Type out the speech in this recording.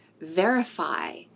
verify